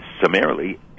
summarily